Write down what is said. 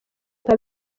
nka